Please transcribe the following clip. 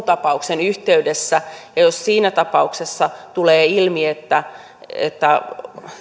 tapauksen yhteydessä ja jos siinä tapauksessa tulee ilmi että että